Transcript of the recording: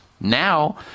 Now